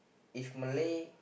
if Malay